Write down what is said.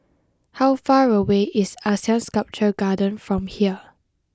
how far away is Asean Sculpture Garden from here